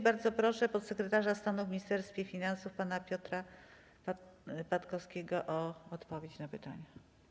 Bardzo proszę podsekretarza stanu w Ministerstwie Finansów pana Piotra Patkowskiego o odpowiedź na pytania.